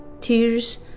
tears